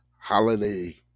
holiday